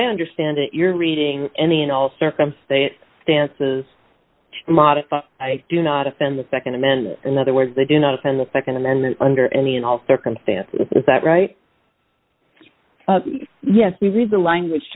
i understand it your reading any and all circumstance stances to modify i do not offend the nd amendment in other words they do not offend the nd amendment under any and all circumstances is that right yes we read the language